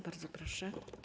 Bardzo proszę.